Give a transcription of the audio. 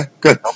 Good